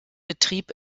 betrieb